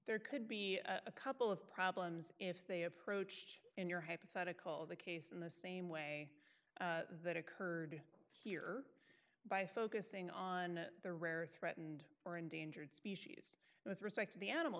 there could be a couple of problems if they approached in your hypothetical the case in the same way that occurred here by focusing on the rare or threatened or endangered species with respect to the animal